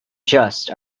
just